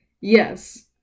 Yes